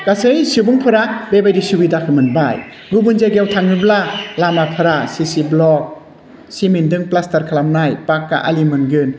गासै सुबुंफोरा बेबायदि सुबिदाखौ मोनबाय गुबुन जायगायाव थाङोब्ला लामाफ्रा सिसि ब्लक सिमेन्टजों प्लासटार खालामनाय पाक्का आलि मोनगोन